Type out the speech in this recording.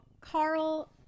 Carl